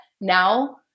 now